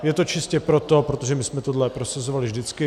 Je to čistě proto, protože my jsme tohle prosazovali vždycky.